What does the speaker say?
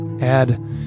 add